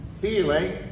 healing